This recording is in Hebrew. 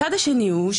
הצד השני הוא,